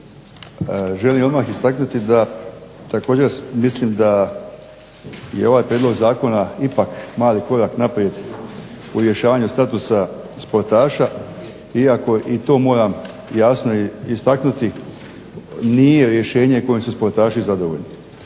da također mislim da je ovaj prijedlog zakona ipak mali korak naprijed u rješavanju statusa športaša iako i to moram jasno istaknuti nije rješenje kojim su sportaši zadovoljni.